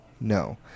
no